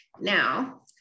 Now